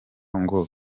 ngo